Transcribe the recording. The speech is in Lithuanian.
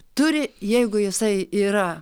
turi jeigu jisai yra